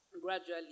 gradually